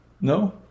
No